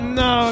no